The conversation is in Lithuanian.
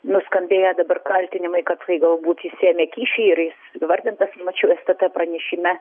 nuskambėję dabar kaltinimai kad jisai galbūt jis ėmė kyšį ir jis įvardintas mačiau stt pranešime